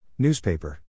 Newspaper